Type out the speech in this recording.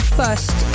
first